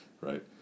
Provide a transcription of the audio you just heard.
Right